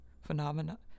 Phenomena